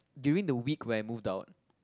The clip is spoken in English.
during the week where I moved out